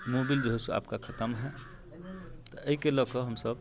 Mobil जो है सो आपका खतम है एहिके लऽ कऽ हमसब